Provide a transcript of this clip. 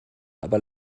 aber